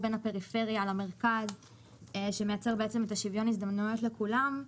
הפריפריה למרכז כדבר שמייצר שוויון הזדמנויות לכולם,